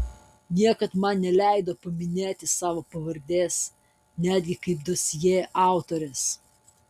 niekad man neleido paminėti savo pavardės netgi kaip dosjė autorės